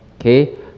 Okay